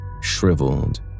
shriveled